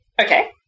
okay